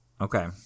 Okay